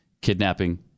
kidnapping